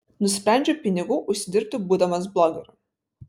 nusprendžiau pinigų užsidirbti būdamas blogeriu